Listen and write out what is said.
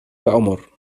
العمر